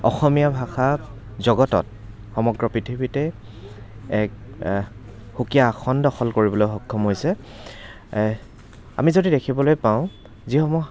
অসমীয়া ভাষা জগতত সমগ্ৰ পৃথিৱীতে এক সুকীয়া আসন দখল কৰিবলৈ সক্ষম হৈছে আমি যদি দেখিবলৈ পাওঁ যিসমূহ